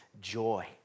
joy